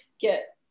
get